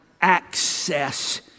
access